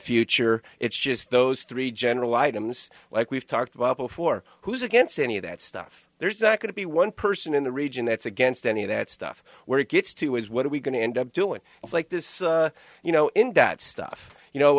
future it's just those three general items like we've talked about before who's against any of that stuff there's not going to be one person in the region that's against any of that stuff where it gets to is what are we going to end up doing like this you know in that stuff you know